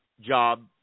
job